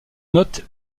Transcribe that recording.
note